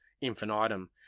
infinitum